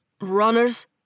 runners